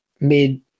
mid